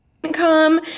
income